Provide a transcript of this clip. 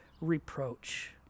reproach